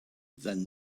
than